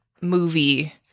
movie